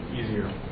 easier